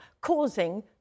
causing